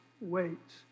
weights